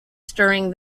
stirring